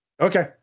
Okay